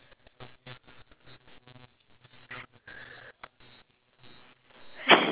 so I feel a lot of people are like that as long as you know the outcome for it then only you will go on and